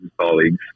colleagues